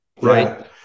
right